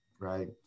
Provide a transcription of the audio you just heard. right